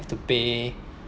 have to pay